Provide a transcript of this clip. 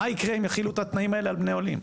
מה יקרה אם יחילו את התנאים האלה על בני עולים?